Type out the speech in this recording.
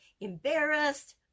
embarrassed